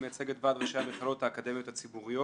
אני מייצג את ועד ראשי המכללות האקדמיות הציבוריות.